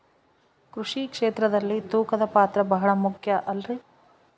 ಕೃಷಿ ಕ್ಷೇತ್ರದಲ್ಲಿ ತೂಕದ ಪಾತ್ರ ಬಹಳ ಮುಖ್ಯ ಅಲ್ರಿ?